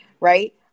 right